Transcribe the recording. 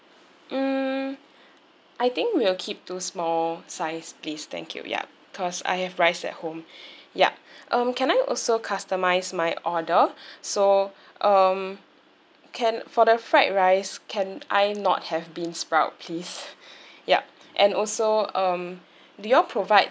mm I think we'll keep to small size please thank you yup because I have rice at home yup um can I also customise my order so um can for the fried rice can I not have beansprout please yup and also um do you all provide